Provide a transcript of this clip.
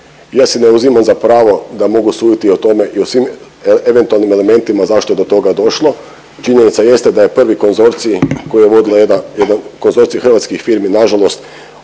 ja si ne uzimam za pravo da mogu suditi o tome i o svim eventualnim elementima zašto je do toga došlo. Činjenica jeste da je prvi konzorcij koji je vodila jedan, konzorcij hrvatskih firmi nažalost